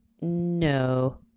No